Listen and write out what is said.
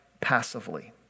passively